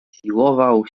siłował